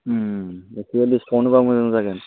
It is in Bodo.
बियो डिसकाउन्टबा मोजां जागोन